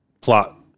plot